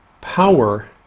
power